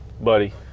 buddy